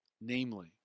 Namely